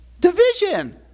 Division